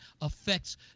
affects